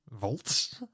volts